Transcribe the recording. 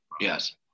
Yes